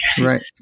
Right